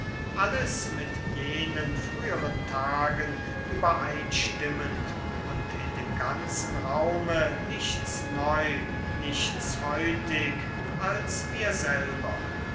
alles mit jenen früheren tagen übereinstimmend und in dem ganzen raume nichts neu nichts heutig als wir selber